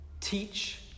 teach